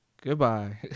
Goodbye